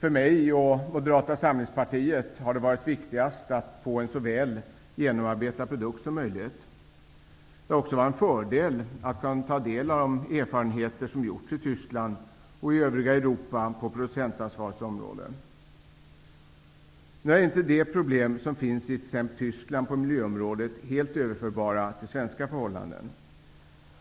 För mig och Moderata samlingspartiet har det varit viktigast att få en så väl genomarbetad produkt som möjligt. Det har också varit en fördel att kunna ta del av de erfarenheter som gjorts i Tyskland och i övriga Europa på producentansvarets område. Nu är inte de problem som finns i t.ex. Tyskland på miljöområdet helt överförbara till svenska förhållanden.